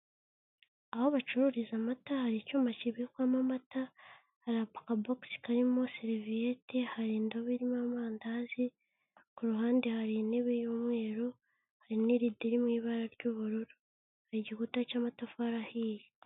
Aho bacururiza amata, hari icyuma kibikwamo amata, hari akabogisi karimo sereviyete, hari indobo irimo amandazi, ku ruhande hari intebe y'umweru, hari n'irido iri mu ibara ry'ubururu, hari igikuta cy'amatafari ahiye,